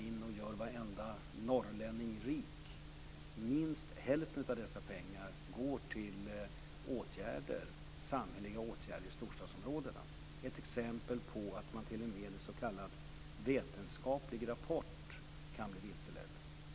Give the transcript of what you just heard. Det är någonting vi måste driva en gemensam politik omkring. Det gör vi.